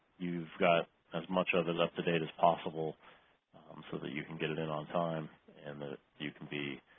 you've got as much others up to date as possible um so that you can get it in on time and that you can be